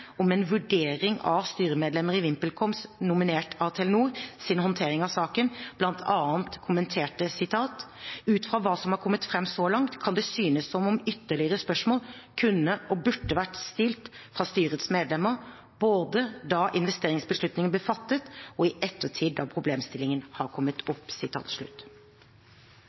om en vurdering av styremedlemmer i VimpelCom som var nominert av Telenor, sin håndtering av saken, bl.a. kommenterte: «Ut fra hva som har kommet frem så, langt, kan det synes som ytterligere spørsmål kunne og burde vært stilt fra styrets medlemmer, både da investeringsbeslutningen ble fattet og i ettertid da problemstillingene har kommet opp».